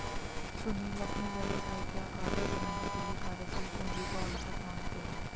सुनील अपने व्यवसाय के आकार को बढ़ाने के लिए कार्यशील पूंजी को आवश्यक मानते हैं